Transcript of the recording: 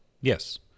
Yes